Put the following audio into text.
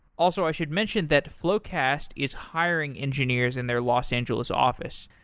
also, i should mention that floqast is hiring engineers in their los angeles office.